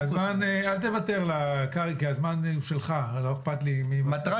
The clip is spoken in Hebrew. כולל לבטל כנסים ברדיו ולסגור לנו את החשמל ומערכת המולטימדיה.